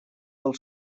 del